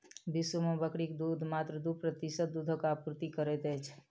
विश्व मे बकरीक दूध मात्र दू प्रतिशत दूधक आपूर्ति करैत अछि